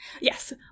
Yes